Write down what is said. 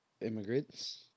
immigrants